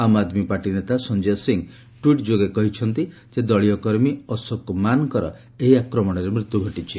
ଆମ୍ Aadmi party ନେତା Sanjay Singh tweet ଯୋଗେ କହିଛନ୍ତି ଯେ ଦଳୀୟ କର୍ମୀ ଅଶୋକ ମାନ୍ଙ୍କର ଏହି ଆକ୍ରମଣରେ ମୃତ୍ୟୁ ଘଟିଚ୍ଛି